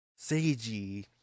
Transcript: Seiji